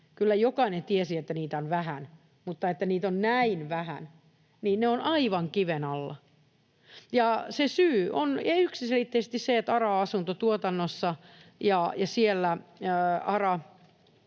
Kyllä jokainen tiesi, että niitä on vähän, mutta ei, että niitä on näin vähän. Ne ovat aivan kiven alla. Se syy on yksiselitteisesti se, että ARA-asuntotuotannossa ja siellä